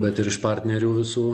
bet ir iš partnerių visų